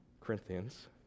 Corinthians